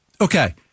okay